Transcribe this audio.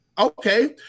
Okay